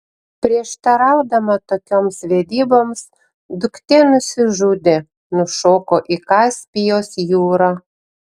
prieštaraudama tokioms vedyboms duktė nusižudė nušoko į kaspijos jūrą